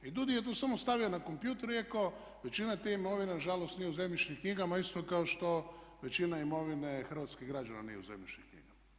I DUUDI je tu samo stavio na kompjuter i rekao većina te imovine na žalost nije u zemljišnim knjigama isto kao što većina imovine hrvatskih građana nije u zemljišnim knjigama.